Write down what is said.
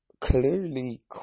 clearly